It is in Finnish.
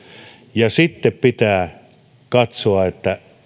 ja sitten pitää katsoa että